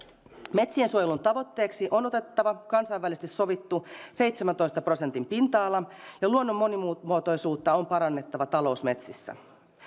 metsiensuojelun tavoitteeksi on otettava kansainvälisesti sovittu seitsemäntoista prosentin pinta ala ja luonnon monimuotoisuutta on parannettava talousmetsissä